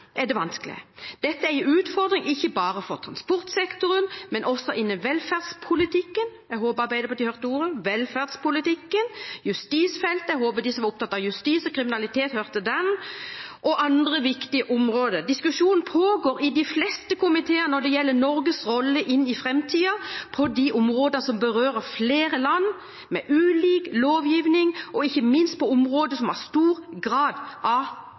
er det vanskelig. Dette er en utfordring, ikke bare for transportsektoren, men også innen velferdspolitikken – jeg håper Arbeiderpartiet hørte ordet «velferdspolitikken» – justisfeltet – jeg håper de som var opptatt av justis og kriminalitet, hørte den – og andre viktige områder. Diskusjonen pågår i de fleste komiteer når det gjelder Norges rolle inn i framtiden på de områder som berører flere land med ulik lovgivning, og ikke minst på områder som har stor grad av